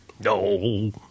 No